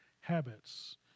habits